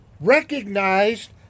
recognized